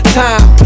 time